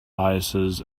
biases